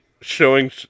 showing